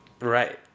Right